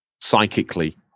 psychically